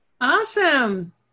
Awesome